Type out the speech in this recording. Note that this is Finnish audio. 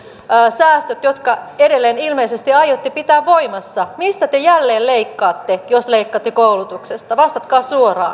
säästöt jotka edelleen ilmeisesti aiotte pitää voimassa mistä te jälleen leikkaatte jos leikkaatte koulutuksesta vastatkaa